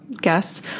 guests